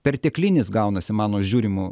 perteklinis gaunasi mano žiūrimu